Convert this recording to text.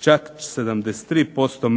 čak 73%